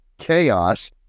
chaos